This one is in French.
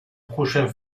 prochain